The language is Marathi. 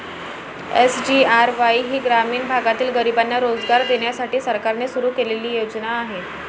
एस.जी.आर.वाई ही ग्रामीण भागातील गरिबांना रोजगार देण्यासाठी सरकारने सुरू केलेली योजना आहे